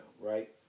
Right